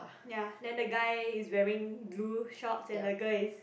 ya then the guy is wearing blue shorts and the girl is